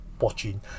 watching